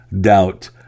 doubt